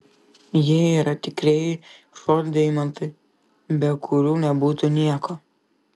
jie yra tikrieji šou deimantai be kurių nebūtų nieko